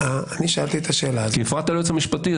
כי הפרעת ליועץ המשפטי,